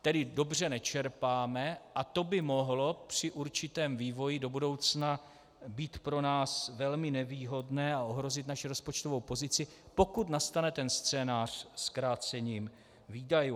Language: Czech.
Tedy dobře nečerpáme a to by mohlo při určitém vývoji do budoucna být pro nás velmi nevýhodné a ohrozit naši rozpočtovou pozici, pokud nastane ten scénář s krácením výdajů.